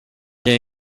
que